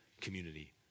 community